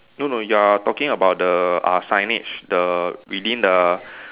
no no you are talking about the uh signage the within the